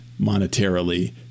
monetarily